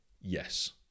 Yes